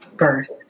birth